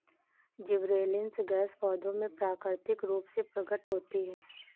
gibberellins gas पौधों में प्राकृतिक रूप से प्रकट होती है